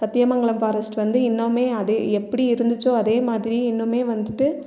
Sathyamangalam forest வந்து இன்னமே அதே எப்படி இருந்துச்சோ அதேமாதிரி இன்னுமே வந்துட்டு